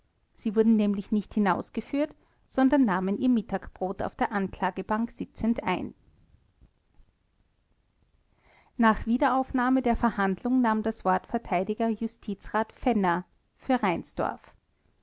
sie wurden nämlich nicht hinausgeführt sondern nahmen ihr mittagbrot auf der anklagebank sitzend ein nach wiederaufnahme der verhandlung nahm das wort vert justizrat fenner